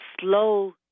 slow